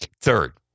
Third